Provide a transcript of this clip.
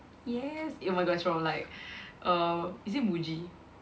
yes it was from like err is it Muji